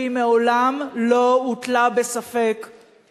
והיא מעולם לא הוטלה בספק,